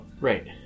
Right